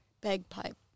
bagpipe